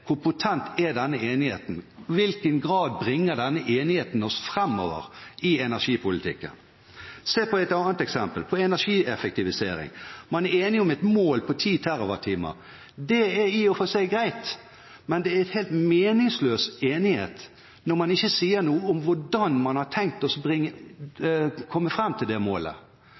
hvor potent denne enigheten er. I hvilken grad bringer denne enigheten oss framover i energipolitikken? Se på et annet eksempel: I energieffektivisering er man enige om et mål på 10 TWh. I og for seg greit, men det er en helt meningsløs enighet når man ikke sier noe om hvordan man har tenkt å komme fram til det målet.